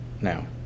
Now